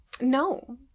No